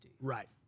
Right